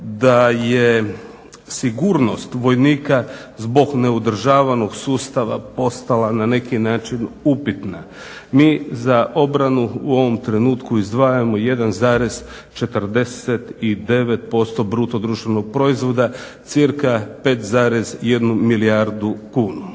da je sigurnost vojnika zbog neodržavanog sustava postala na neki način upitna. Mi za obranu u ovom trenutku izdvajamo 1,49% bruto društvenog proizvoda, cirka 5,1 milijardu kuna.